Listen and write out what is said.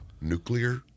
nuclear